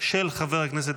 של חבר הכנסת